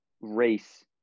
race